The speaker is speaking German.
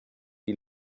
die